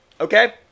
Okay